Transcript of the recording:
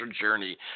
journey